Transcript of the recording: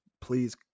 please